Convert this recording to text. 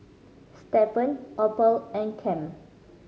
Stephan Opal and Cam